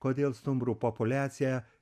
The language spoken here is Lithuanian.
kodėl stumbrų populiacija